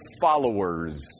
followers